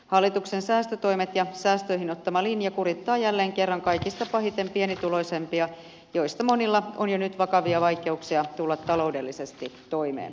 hallituksen säästötoimet ja säästöihin ottama linja kurittavat jälleen kerran kaikista pahiten pienituloisimpia joista monilla on jo nyt vakavia vaikeuksia tulla taloudellisesti toimeen